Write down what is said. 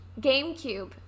GameCube